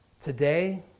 Today